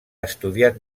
estudiat